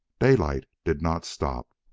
daylight did not stop.